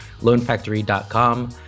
loanfactory.com